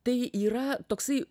tai yra toksai